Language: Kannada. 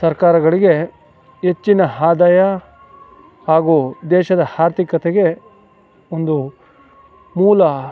ಸರ್ಕಾರಗಳಿಗೆ ಹೆಚ್ಚಿನ ಆದಾಯ ಹಾಗು ದೇಶದ ಆರ್ಥಿಕತೆಗೆ ಒಂದು ಮೂಲ